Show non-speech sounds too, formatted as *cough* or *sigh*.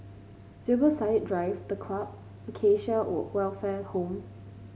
Zubir Said Drive The Club Acacia *unintelligible* Welfare Home